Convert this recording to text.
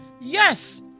Yes